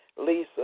Lisa